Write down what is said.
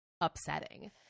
upsetting